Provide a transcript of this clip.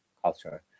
culture